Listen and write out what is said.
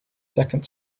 second